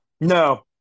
No